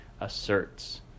asserts